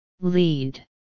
Lead